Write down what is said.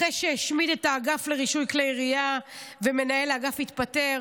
אחרי שהשמיד את האגף לרישוי כלי ירייה ומנהל אגף התפטר,